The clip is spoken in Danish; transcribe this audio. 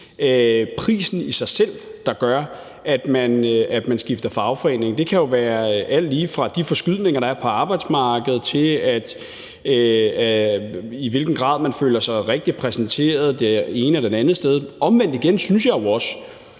prisen i sig selv, der gør, at man skifter fagforening. Det kan jo være alt lige fra de forskydninger, der er på arbejdsmarkedet, til, i hvilken grad man føler sig repræsenteret det ene eller det andet sted. Omvendt igen synes jeg også,